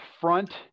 front